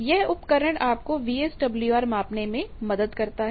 यह उपकरण आपको वीएसडब्ल्यूआर मापने में मदद करता है